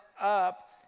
up